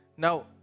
Now